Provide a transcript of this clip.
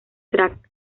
track